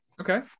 Okay